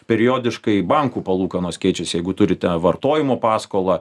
periodiškai bankų palūkanos keičiasi jeigu turite vartojimo paskolą